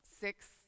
six